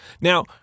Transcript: Now